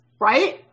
right